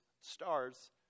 stars